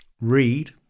read